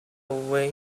way